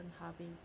hobbies